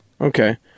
Okay